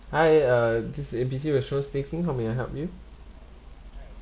hi uh this is A B C restaurant speaking how may I help you